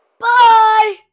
Bye